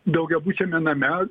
daugiabučiame name